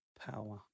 power